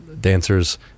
Dancers